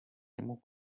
němu